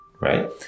Right